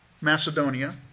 Macedonia